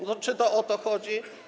No czy to o to chodzi?